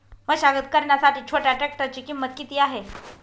मशागत करण्यासाठी छोट्या ट्रॅक्टरची किंमत किती आहे?